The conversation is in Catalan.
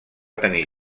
tenir